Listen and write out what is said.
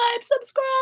subscribe